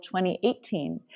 2018